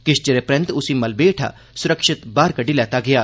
किश चिरें परैंत उस्सी मलबे चा सुरक्षित बाहर कड्ढी लैता गेआ